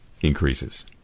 increases